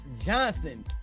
Johnson